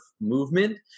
movement